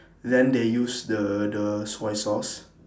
then they use the the soy sauce